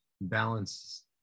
balance